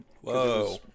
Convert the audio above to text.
whoa